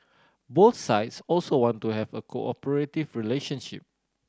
both sides also want to have a cooperative relationship